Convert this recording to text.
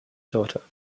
daughter